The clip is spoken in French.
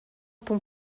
ton